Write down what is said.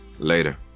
later